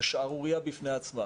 זו שערורייה בפני עצמה